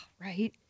right